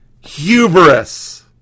hubris